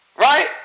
Right